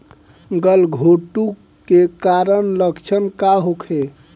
गलघोंटु के कारण लक्षण का होखे?